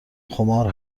خمار